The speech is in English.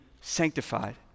sanctified